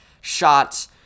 shots